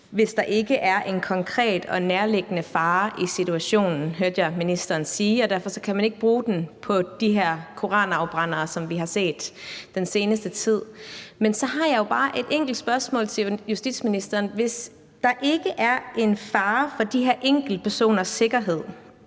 hvis der ikke er en konkret og nærliggende fare i situationen, hørte jeg ministeren sige, og derfor kan man ikke bruge den på de her koranafbrændere, som vi har set den seneste tid. Så har jeg bare et enkelt spørgsmål til justitsministeren: Hvis der ikke er en fare for den offentlige sikkerhed